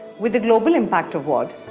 with a global impact award,